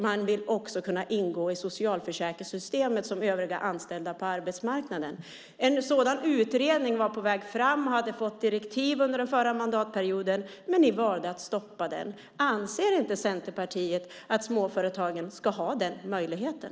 Man vill också kunna ingå i socialförsäkringssystemet som övriga anställda på arbetsmarknaden. En sådan utredning var på väg fram och hade fått direktiv under den förra mandatperioden, men ni valde att stoppa den. Anser inte Centerpartiet att småföretagen ska ha den möjligheten?